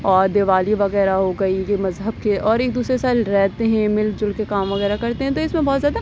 اور دیوالی وغیرہ ہو گئی یہ مذہب کے اور ایک دوسرے کے سال رہتے ہیں مل جل کے کام وغیرہ کرتے ہیں تو اس میں بہت زیادہ